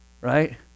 right